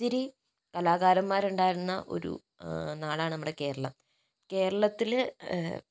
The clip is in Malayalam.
ഒത്തിരി കലാകാരന്മാരുണ്ടായിരുന്ന ഒരു നാടാണ് നമ്മുടെ കേരളം കേരളത്തിൽ